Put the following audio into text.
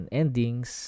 endings